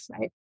right